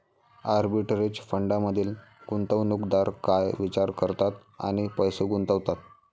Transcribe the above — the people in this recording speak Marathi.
आर्बिटरेज फंडांमधील गुंतवणूकदार काय विचार करतात आणि पैसे गुंतवतात?